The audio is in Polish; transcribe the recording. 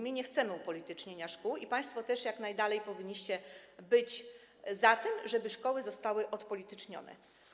My nie chcemy upolitycznienia szkół i państwo też jak najbardziej powinniście być za tym, żeby szkoły zostały odpolitycznione.